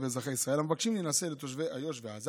ואזרחי ישראל המבקשים להינשא לתושבי איו"ש ועזה,